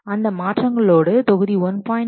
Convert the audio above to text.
அந்த மாற்றங்களோடு தொகுதி 1